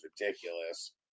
ridiculous